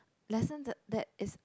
lessons th~ that is